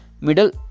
middle